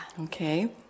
Okay